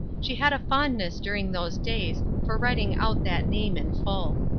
she had a fondness during those days, for writing out that name in full.